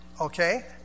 okay